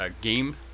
game